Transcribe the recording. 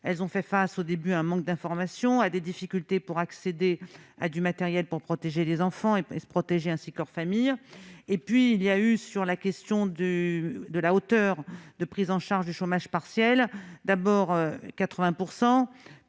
elles ont fait face au début un manque d'informations à des difficultés pour accéder à du matériel pour protéger les enfants et se protéger ainsi que leurs familles, et puis il y a eu sur la question de de la hauteur de prise en charge du chômage partiel d'abord 80